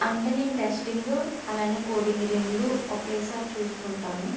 అంటే నేను టెస్టింగ్ అలానే కోడింగ్ రెండూ ఒకేసారి చూసుకుంటాను